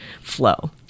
flow